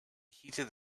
heated